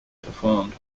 performed